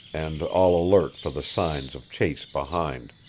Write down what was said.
and all alert for the signs of chase behind.